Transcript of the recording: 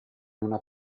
una